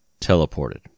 teleported